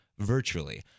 Virtually